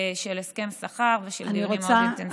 הסכם שכר ושל דיונים מאוד אינטנסיביים.